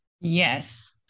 Yes